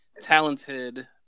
talented